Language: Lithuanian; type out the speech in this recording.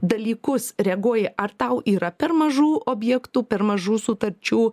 dalykus reaguoji ar tau yra per mažų objektų per mažų sutarčių